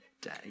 day